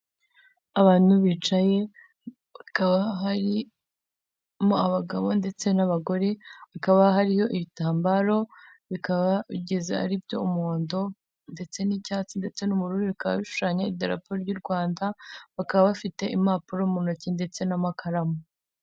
Abantu bicaye, hakaba harimo abagabo ndetse n'abagore, hakaba hariho ibitambaro bikaba bigize, ari byo umuhondo ndetse n'icyatsi ndetse n'ubururu, bikaba bishushanya idarapo ry'u Rwanda, bakaba bafite impapuro mu ntoki ndetse n'amakaramu.